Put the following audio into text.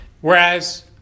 whereas